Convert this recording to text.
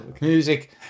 Music